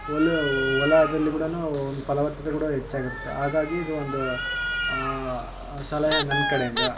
ಹೊಲ ಹೊಲದಲ್ಲಿ ಕೂಡ ನಾವು ಒಂದು ಫಲವತತ್ತೆ ಕೂಡ ಹೆಚ್ಚಾಗಿರುತ್ತೆ ಹಾಗಾಗಿ ಇದು ಒಂದು ಸಲಹೆ ನನ್ನ ಕಡೆ ಇಂದ